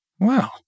Wow